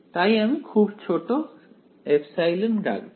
তাই আমি খুব ছোট ε রাখবো